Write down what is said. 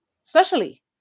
socially